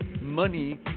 money